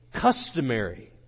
customary